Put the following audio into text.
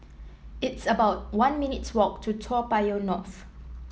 it's about one minutes' walk to Toa Payoh North